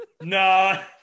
No